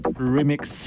Remix